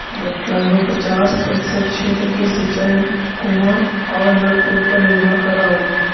लगभग पचास प्रतिशत क्षेत्र के सिंचाई कुआँ औ नलकूप पर निर्भर करऽ हई